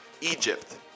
Egypt